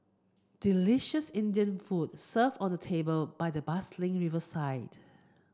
delicious Indian food served on a table by the bustling riverside